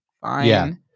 fine